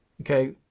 okay